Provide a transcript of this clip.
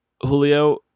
Julio